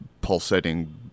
pulsating